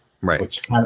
Right